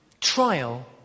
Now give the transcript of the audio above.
trial